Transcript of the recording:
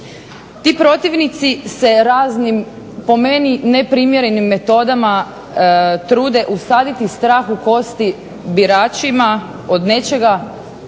Ti protivnici se raznim po meni neprimjerenim metodama trude usaditi strah u kosti biračima od nečega